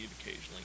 occasionally